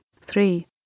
three